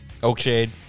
Oakshade